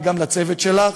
וגם לצוות שלך,